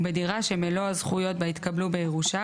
ובדירה שמלוא הזכויות בה התקבלו בירושה,